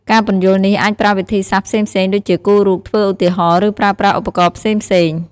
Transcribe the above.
ការពន្យល់នេះអាចប្រើវិធីសាស្ត្រផ្សេងៗ ដូចជាគូររូប ធ្វើឧទាហរណ៍ ឬប្រើប្រាស់ឧបករណ៍ផ្សេងៗ។